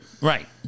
Right